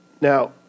Now